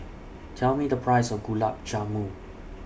Tell Me The Price of Gulab Jamun